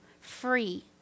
free